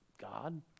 God